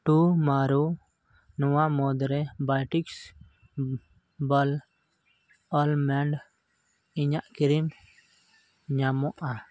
ᱴᱩᱢᱚᱨᱳ ᱱᱚᱣᱟ ᱢᱩᱫᱽ ᱨᱮ Biotique bio almond eye cream ᱧᱟᱢᱚᱜᱼᱟ